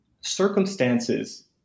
circumstances